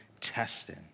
testing